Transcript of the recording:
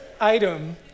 item